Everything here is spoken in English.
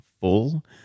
full